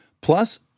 Plus